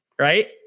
Right